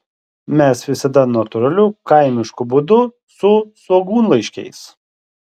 mes visada natūraliu kaimišku būdu su svogūnlaiškiais